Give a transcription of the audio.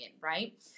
right